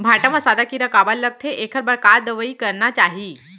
भांटा म सादा कीरा काबर लगथे एखर बर का दवई करना चाही?